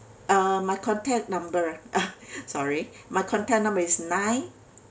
uh my contact number sorry my contact number is nine